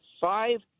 five